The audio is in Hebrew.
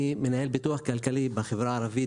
אני מנהל פיתוח כלכלי בחברה הערבית,